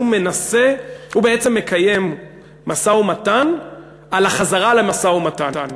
הוא בעצם מקיים משא-ומתן על החזרה למשא-ומתן.